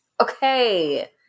Okay